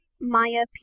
Maya